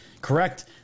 correct